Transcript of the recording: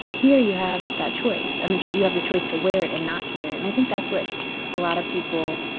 here you have that choice. and you have the choice to wear it and not to wear it. and i think that's what a lot of people,